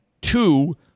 Two